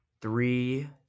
three